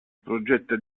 progetta